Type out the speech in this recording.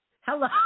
hello